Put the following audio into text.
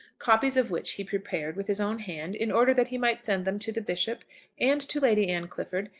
copies of which he prepared with his own hand in order that he might send them to the bishop and to lady anne clifford,